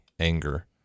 anger